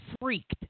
freaked